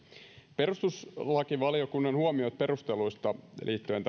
perustuslakivaliokunnan huomiot perusteluista liittyen